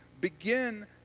begin